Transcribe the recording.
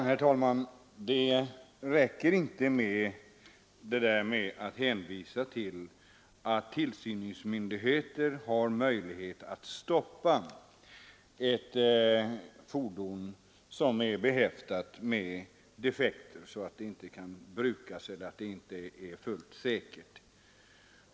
Herr talman! Det räcker inte att hänvisa till att tillsynsmyndigheter har möjlighet att stoppa ett fordon som är behäftat med sådana defekter att det inte kan brukas eller inte är fullt säkert.